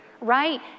right